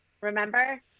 Remember